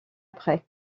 après